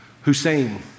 Hussein